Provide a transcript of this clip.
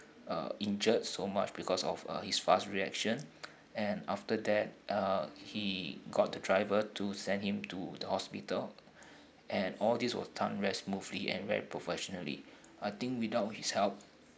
uh injured so much because of uh his fast reaction and after that uh he got the driver to send him to the hospital and all this was done very smoothly and very professionally I think without his help